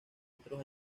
otros